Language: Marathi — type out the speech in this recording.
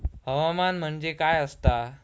हवामान म्हणजे काय असता?